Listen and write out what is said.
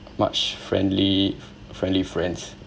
friendly friendly friends